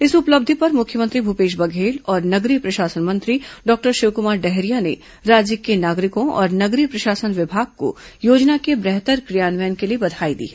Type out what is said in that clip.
इस उपलब्धि पर मुख्यमंत्री भूपेश बघेल और नगरीय प्रशासन मंत्री डॉक्टर शिवक्मार डहरिया ने राज्य के नागरिकों और नगरीय प्रशासन विभाग को योजना के बेहतर क्रियान्वयन के लिए बधाई दी है